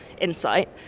insight